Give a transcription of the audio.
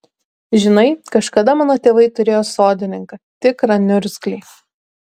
žinai kažkada mano tėvai turėjo sodininką tikrą niurgzlį